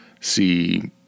see